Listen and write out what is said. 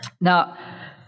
Now